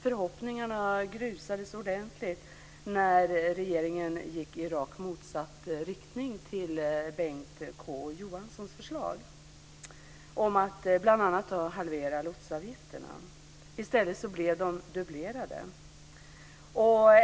Förhoppningarna grusades ordentligt när regeringen gick i rakt motsatt riktning i förhållande till Bengt K Å Johanssons förslag om att bl.a. halvera lotsavgifterna. I stället blev de dubblerade.